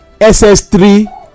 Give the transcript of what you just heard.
ss3